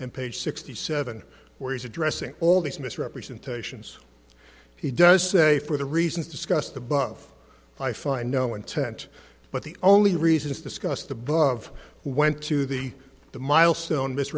and page sixty seven where he's addressing all these misrepresentations he does say for the reasons discussed the buff i find no intent but the only reasons discussed above went to the the milestone mis